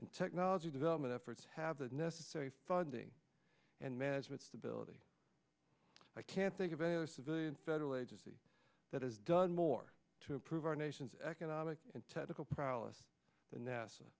and technology development efforts have the necessary funding and management stability i can't think of a low civilian federal agency that has done more to improve our nation's economic and technical prowess the nasa